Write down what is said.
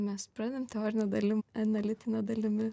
mes pradedam teorine dalimi analitine dalimi